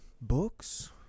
books